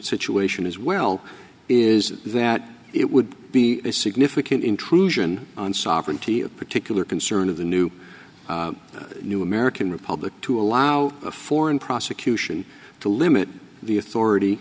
situation as well is that it would be a significant intrusion on sovereignty of particular concern of the new new american republic to allow a foreign prosecution to limit the authority